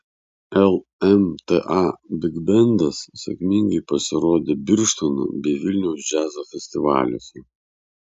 lmta bigbendas sėkmingai pasirodė birštono bei vilniaus džiazo festivaliuose